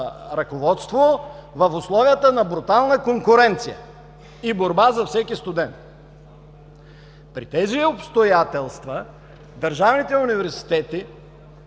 ръководство в условията на брутална конкуренция и борба за всеки студент. При тези обстоятелства държавните университети